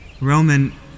Roman